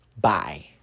Bye